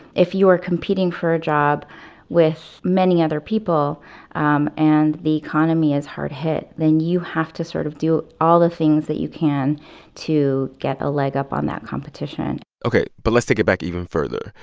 if you are competing for a job with many other people um and the economy is hard hit then you have to sort of do all the things that you can to get a leg up on that competition ok. but let's take it back even further.